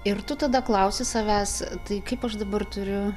ir tu tada klausi savęs tai kaip aš dabar turiu